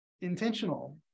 intentional